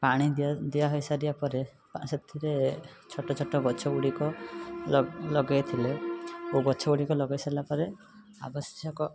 ପାଣି ଦିଆ ହୋଇସାରିବା ପରେ ପା ସେଥିରେ ଛୋଟ ଛୋଟ ଗଛଗୁଡ଼ିକ ଲଗାଇଥିଲେ ଓ ଗଛଗୁଡ଼ିକ ଲଗାଇ ସାରିଲା ପରେ ଆବଶ୍ୟକ